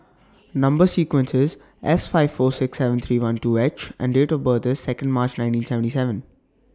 Number sequence IS S five four six seven three one two H and Date of birth IS Second March nineteen seventy seven